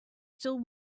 still